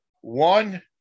one